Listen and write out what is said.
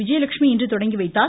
விஜயலட்சுமி இன்று தொடங்கி வைத்தார்